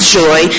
joy